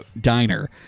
diner